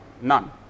none